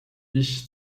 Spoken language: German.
ich